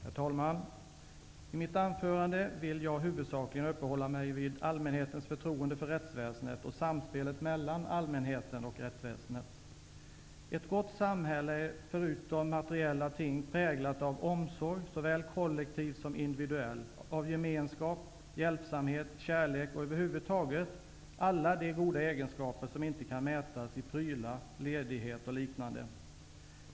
Herr talman! I mitt anförande vill jag huvudsakligen uppehålla mig vid allmänhetens förtroende för rättsväsendet och samspelet mellan allmänheten och rättsväsendet. Ett gott samhälle är, om man bortser från materiella ting, präglat av omsorg, såväl kollektiv som individuell, av gemenskap, hjälpsamhet, kärlek och överhuvud taget alla de goda egenskaper som inte kan mätas i prylar, ledighet och liknande.